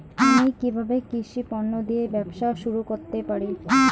আমি কিভাবে কৃষি পণ্য দিয়ে ব্যবসা শুরু করতে পারি?